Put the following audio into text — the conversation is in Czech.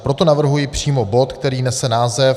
Proto navrhuji přímo bod, který nese název